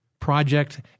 Project